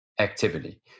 Activity